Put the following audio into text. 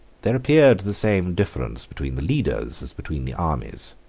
there appeared the same difference between the leaders as between the armies.